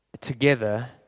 together